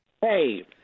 Hey